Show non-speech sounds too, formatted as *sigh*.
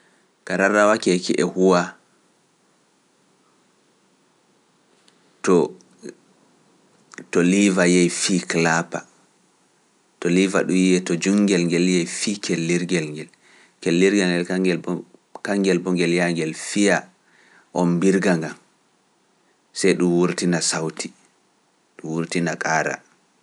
Kararrawa keek e huwa to liiva yeehi fii kalipa, to liiva ɗun yehi to jungel ngel yehi fii kellirgel ngel, kellirgel ngel, kaŋngel *unintelligible* ngel yaa ngel fiya ombirga ngan, sey ɗum wurtina sawti, ɗum wurtina kaara.